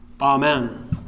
Amen